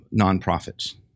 nonprofits